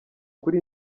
kuri